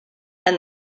and